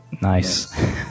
Nice